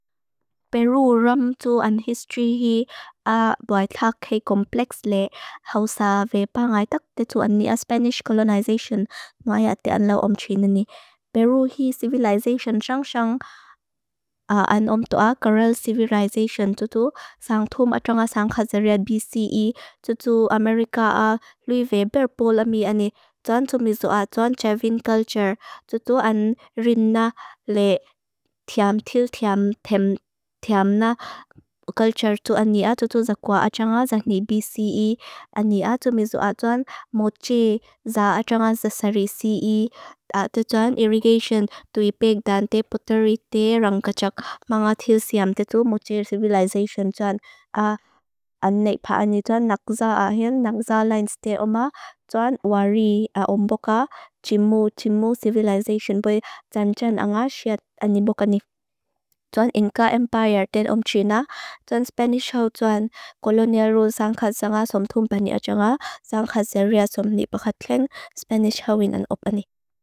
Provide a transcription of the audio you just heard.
Perú rum tu an history hi a bwai thak he complex le hausa ve pa ngay tak te tu an ni a Spanish colonization nga ya te an lau om chineni. Perú hi civilization shang shang an om tu a Coral Civilization tu tu sang tu matrunga sang Khazaria BCE. Tu tu Amerika lui ve berpola mi an ni tu an tumizua tu an Chavin Culture. Tu tu an rina le thiam til thiam thiam thiam na culture tu an ni a tu tu zakua achanga zakni BCE. An ni a tumizua tu an moche za achanga zasari CE. A te tu an irrigation tu i pek dan te poteri te rang kacak manga til siam te tu moche civilization tu an. An nek pa an ni tu an nakza ahin nakza lines te om a tu an wari om boka Chimu Chimu Civilization bwai tsan tsan anga siat an ni boka ni. Tu an Inca Empire ten om china. Tu an Spanish ho tu an colonial rule sang khazanga som tumpani achanga sang Khazaria som nipo khateng Spanish ho winan opa ni.